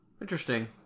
interesting